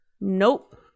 Nope